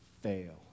fail